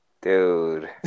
dude